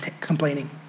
complaining